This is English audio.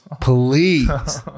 Please